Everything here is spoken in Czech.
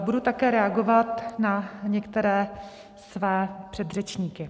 Budu také reagovat na některé své předřečníky.